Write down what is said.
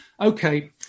Okay